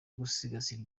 gusigasira